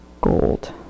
gold